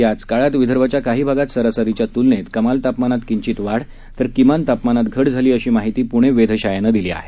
याच काळात विदर्भाच्या काही भागात सरासरीच्या तुलनेत कमाल तापमानत किंचित वाढ तर किमान तापमानात घट झाली अशी माहिती पुणे वेधशाळेनं दिली आहे